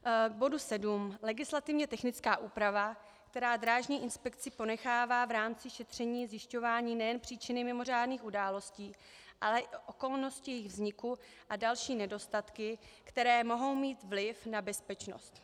K bodu sedm legislativně technická úprava, která Drážní inspekci ponechává v rámci šetření zjišťování nejen příčiny mimořádných událostí, ale i okolnosti jejich vzniku a další nedostatky, které mohou mít vliv na bezpečnost.